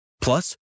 Plus